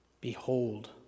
Behold